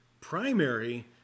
primary